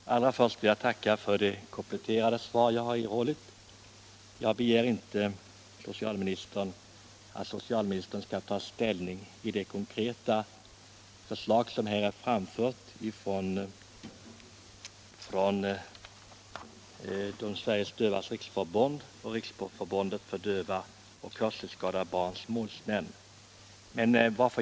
Herr talman! Allra först vill jag tacka för det kompletterande svar jag har erhållit. Jag begär inte att socialministern skall ta ställning till det konkreta förslag som här har framförts från Sveriges dövas riksförbund och Riksförbundet för döva och hörselskadade barns målsmän.